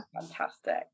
fantastic